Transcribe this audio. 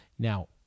Now